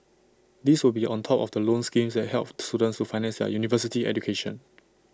these will be on top of the loan schemes that help students to finance their university education